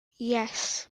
yes